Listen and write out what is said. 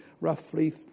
roughly